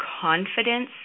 confidence